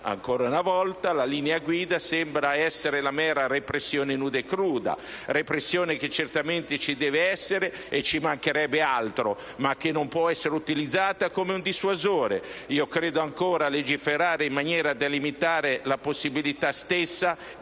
ancora un volta, la linea guida sembra essere la mera repressione nuda e cruda; repressione che certamente ci deve essere - e ci mancherebbe altro! - ma che non può essere utilizzata come un dissuasore. Credo ancora nel legiferare in maniera da limitare la possibilità stessa di